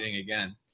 again